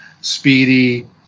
Speedy